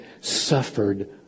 suffered